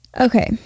Okay